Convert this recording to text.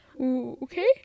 okay